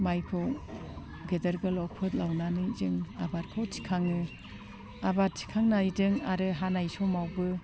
माइखौ गेदेर गोलाव फोलावनानै जों आबादखौ थिखाङो आबाद थिखांनायजों आरो हानाय समावबो